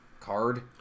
card